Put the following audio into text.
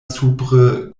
supre